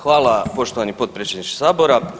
Hvala poštovani potpredsjedniče Sabora.